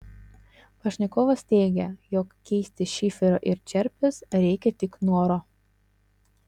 pašnekovas teigia jog keisti šiferio į čerpes reikia tik noro